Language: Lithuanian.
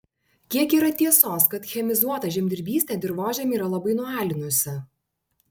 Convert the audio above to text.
kiek yra tiesos kad chemizuota žemdirbystė dirvožemį yra labai nualinusi